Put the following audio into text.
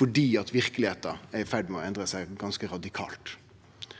fordi verkelegheita er i ferd med å endre seg ganske radikalt.